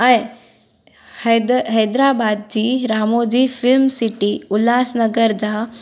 ऐं है हैदराबाद जी रामौजी फिल्म सिटी उल्हासनगर जा